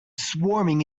swarming